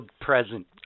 present